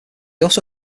also